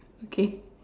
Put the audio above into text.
okay